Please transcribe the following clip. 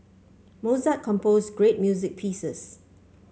Mozart composed great music pieces